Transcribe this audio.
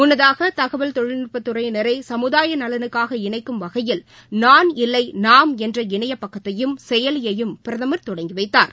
முன்னதாக தகவல் தொழில்நுட்பத் துறையினரை சமுதாய நலனுக்காக இணைக்கும் வகையில் நான் இல்லை நாம் என்ற இணைய பக்கத்தையும் செயலியையும் பிரதமர் தொடங்கி வைத்தார்